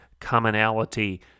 commonality